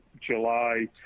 July